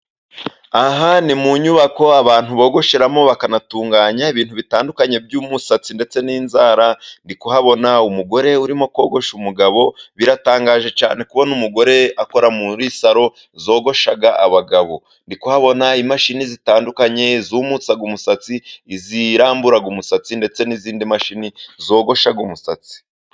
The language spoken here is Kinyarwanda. Aha ni mu nyubako abantu bogosheramo, bakanatunganya ibintu bitandukanye by'umusatsi ndetse n'inzara ndikuhabona umugore urimo kogosha umugabo biratangaje cyane kubona umugore akora muri salo zogosha abagabo ndi kuhabona imashini zitandukanye izumutsa, umusatsi izirambura umusatsi ndetse n'izindi mashini zogosha umusatsi.